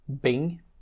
Bing